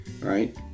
right